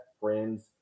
friends